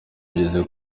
igeze